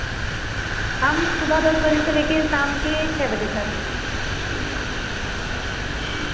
हम सुबह दस बजे से लेकर शाम के छः बजे तक